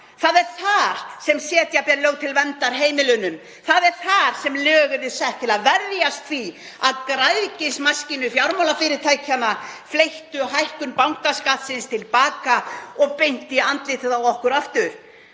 Það er þar sem setja ber lög til verndar heimilunum, það er þar sem lög eru sett til að verjast því að græðgismaskínur fjármálafyrirtækjanna fleygi hækkun bankaskattsins til baka og beint í andlitið á okkur aftur.